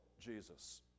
Jesus